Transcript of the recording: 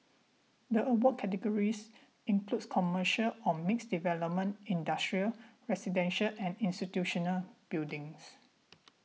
the award categories include commercial or mixed development industrial residential and institutional buildings